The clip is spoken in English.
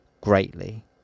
greatly